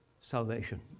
salvation